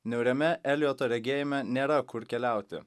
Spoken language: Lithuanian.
niauriame elito regėjime nėra kur keliauti